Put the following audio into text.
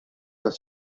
tat